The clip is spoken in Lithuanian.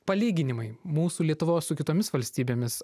palyginimai mūsų lietuvos su kitomis valstybėmis